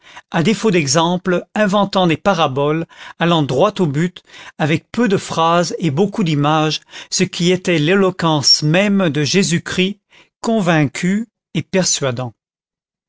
à défaut d'exemples inventant des paraboles allant droit au but avec peu de phrases et beaucoup d'images ce qui était l'éloquence même de jésus-christ convaincu et persuadant